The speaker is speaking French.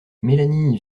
mélanie